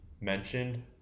mentioned